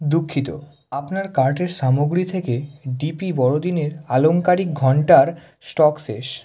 দুঃখিত আপনার কার্টের সামগ্রী থেকে ডিপি বড়দিনের আলঙ্কারিক ঘণ্টার স্টক শেষ